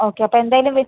okay അപ്പോള് എന്തായാലും